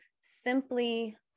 simply